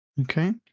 Okay